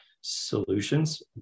solutions